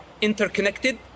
interconnected